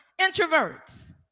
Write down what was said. Introverts